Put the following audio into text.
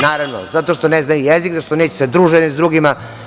Naravno, zato što ne znaju jezik, zato što neće da se druže jedni sa drugima.